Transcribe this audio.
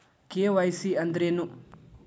KYC ಅಂದ್ರೇನು?